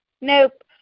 nope